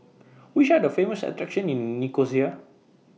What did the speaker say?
Which Are The Famous attractions in Nicosia